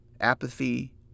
apathy